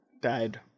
died